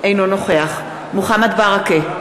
אינו נוכח מוחמד ברכה,